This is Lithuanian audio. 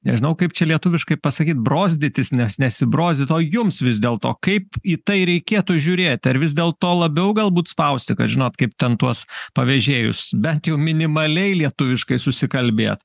nežinau kaip čia lietuviškai pasakyt brozdytis nes nesibrozdyt o jums vis dėlto kaip į tai reikėtų žiūrėti ar vis dėlto labiau galbūt spausti kad žinot kaip ten tuos pavėžėjus bent jau minimaliai lietuviškai susikalbėt